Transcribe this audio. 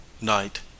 night